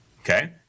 Okay